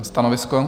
Stanovisko?